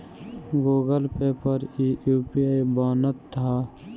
Google Pay पर इ UPI बनत हअ